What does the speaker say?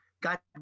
got